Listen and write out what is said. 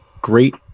Great